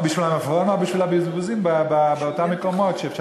בשביל המלפפון או בשביל הבזבוזים באותם מקומות שאפשר